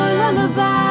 lullaby